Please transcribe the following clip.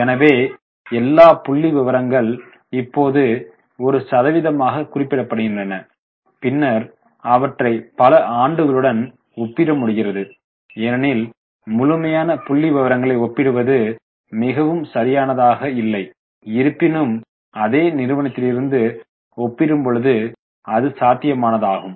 எனவே எல்லா புள்ளிவிவரங்கள் இப்போது ஒரு சதவீதமாக குறிப்பிடப்படுகின்றன பின்னர் அவற்றை பல ஆண்டுகளுடன் ஒப்பிட முடிகிறது ஏனெனில் முழுமையான புள்ளிவிவரங்களை ஒப்பிடுவது மிகவும் சரியானதாக இல்லை இருப்பினும் அதே நிறுவனத்திலிருந்து ஒப்பிடும்பொழுது அது சாத்தியமானதாகும்